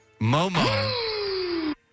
Momo